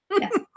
Yes